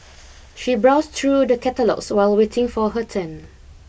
she browsed through the catalogues while waiting for her turn